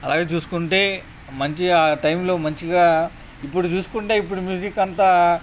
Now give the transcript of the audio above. అలాగే చూసుకుంటే మంచిగా ఆ టైంలో మంచిగా ఇప్పుడు చూసుకుంటే ఇప్పుడు మ్యూజిక్ అంతా